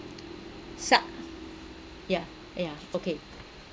suck yeah yeah okay